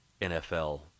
NFL